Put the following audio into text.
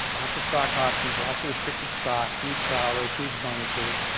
lots of stock options, lots of restricted stock, huge salaries, huge bonuses.